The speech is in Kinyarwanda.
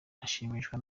ashimishwa